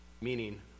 meaning